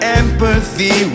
empathy